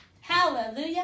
Hallelujah